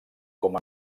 com